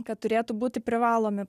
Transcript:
kad turėtų būti privalomi